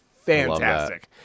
fantastic